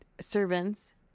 servants